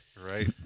Right